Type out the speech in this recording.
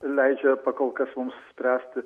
leidžia pakol kas mums spręsti